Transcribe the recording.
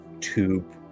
tube